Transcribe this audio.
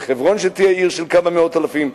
שתהיה עיר של כמה מאות אלפים,